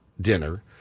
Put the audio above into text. dinner